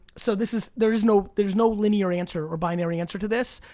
so this is, there's no there's no linear answer, or binary answer to this,